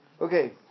Okay